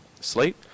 slate